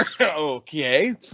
Okay